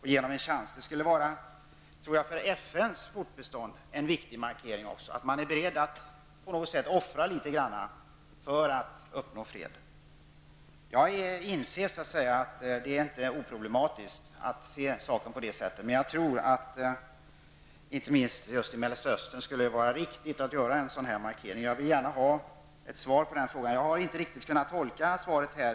Det skulle vara en viktig markering för FNs fortbestånd, tror jag, att visa att man är beredd att offra litet grand för att uppnå fred. Jag inser att det inte är opoblematiskt att se saken på det sättet, men jag tror att inte minst i Mellersta Östern skulle det vara riktigt att göra en sådan markering. Jag har inte riktigt kunnat tolka utrikesminsterns svar här.